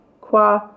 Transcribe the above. qua